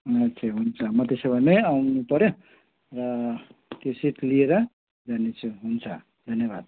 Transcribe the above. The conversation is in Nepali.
अच्छा हुन्छ म त्यसो भने आउनु पऱ्यो र त्यो सिड लिएर जानेछु हुन्छ धन्यवाद